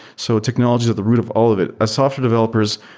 so technology is at the root of all of it. as software developers,